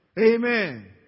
Amen